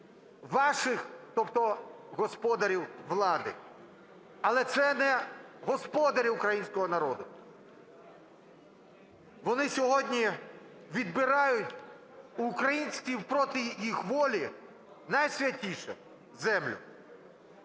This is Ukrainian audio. ваших, тобто господарів влади. Але це не господарі українського народу. Вони сьогодні відбирають у українців проти їх волі найсвятіше – землю.